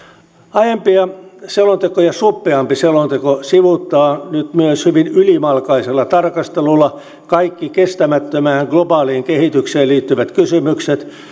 aiempia selontekoja suppeampi selonteko sivuuttaa nyt myös hyvin ylimalkaisella tarkastelulla kaikki kestämättömään globaaliin kehitykseen liittyvät kysymykset